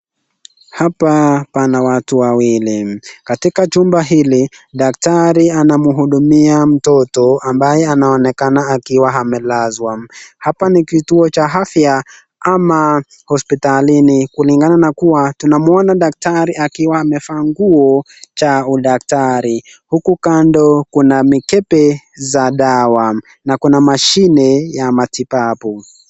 Hapa pana watu wawili, katika chumba hili daktari anamhudumia mtoto ambaye anaonekana akiwa amelazwa. Hapa ni kituo cha afya ama hospitalini kulingana na kua tunamwona daktari akiwa amevaa nguo cha udaktari huku kando kuna mikebe za dawa na kuna mashine ya matibabu.